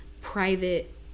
private